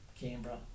Canberra